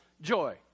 joy